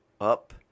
up